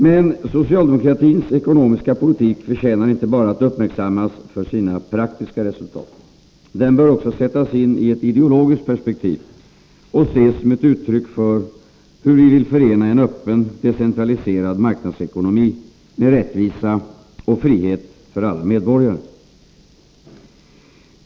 Men socialdemokratins ekonomiska politik förtjänar inte bara att uppmärksammas för sina praktiska resultat. Den bör också sättas in i ett ideologiskt perspektiv och ses som ett uttryck för hur vi vill förena en öppen, decentraliserad marknadsekonomi med rättvisa och frihet för alla medborgare.